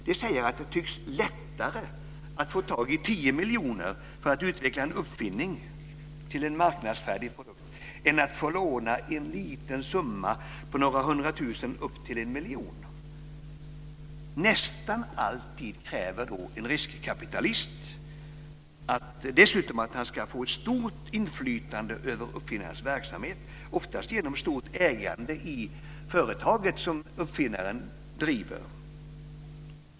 De säger att det tycks lättare att få tag i 10 miljoner för att utveckla en uppfinning till en marknadsfärdig produkt än att få låna en liten summa på några hundra tusen upp till en miljon. Nästan alltid kräver en riskkapitalist dessutom att han ska få ett stort inflytande över uppfinnarens verksamhet, oftast genom stort ägande i hans företag.